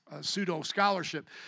pseudo-scholarship